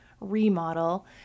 remodel